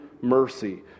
mercy